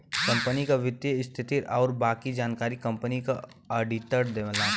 company क वित्तीय स्थिति आउर बाकी जानकारी कंपनी क आडिटर देवला